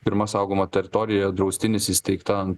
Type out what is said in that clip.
pirma saugoma teritorija draustinis įsteigta